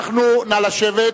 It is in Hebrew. נא לשבת.